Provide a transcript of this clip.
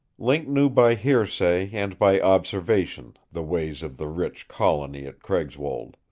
link knew by hearsay and by observation the ways of the rich colony at craigswold.